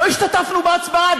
לא השתתפנו בהצבעה.